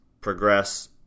progress